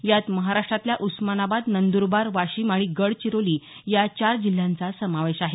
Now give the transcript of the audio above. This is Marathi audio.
यात महाराष्ट्रातल्या उस्मानाबाद नंदरबार वाशिम आणि गडचिरोली या चार जिल्ह्यांचा समावेश आहे